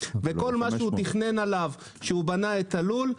וכל מה שהוא תכנן עליו כשהוא בנה את הלול,